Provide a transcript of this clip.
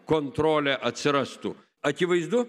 kontrolė atsirastų akivaizdu